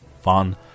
fun